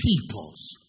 peoples